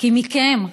כי מכם,